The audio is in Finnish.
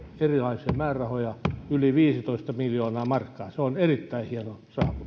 erilaisia määrärahoja yli viisitoista miljoonaa euroa se on erittäin hieno